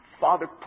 Father